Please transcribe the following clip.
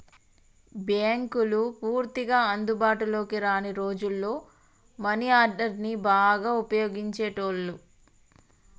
బ్యేంకులు పూర్తిగా అందుబాటులోకి రాని రోజుల్లో మనీ ఆర్డర్ని బాగా వుపయోగించేటోళ్ళు